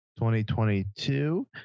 2022